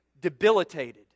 debilitated